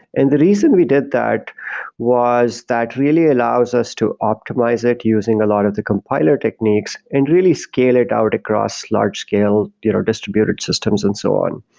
and the reason we did that was that really allows us to optimize it using a lot of the compiler techniques and really scale it out across large scale distributed systems and so on.